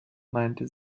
meinte